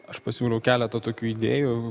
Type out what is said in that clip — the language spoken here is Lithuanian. aš pasiūliau keletą tokių idėjų